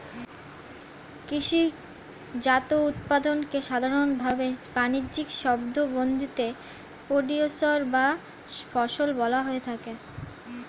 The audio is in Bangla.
কৃষিজাত উৎপাদনকে সাধারনভাবে বানিজ্যিক শব্দবন্ধনীতে প্রোডিউসর বা ফসল বলা হয়ে থাকে